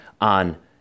on